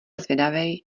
zvědavej